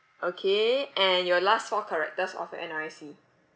okay and your last four characters of your N_R_I_C